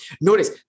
Notice